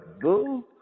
boo